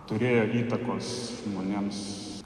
turėjo įtakos žmonėms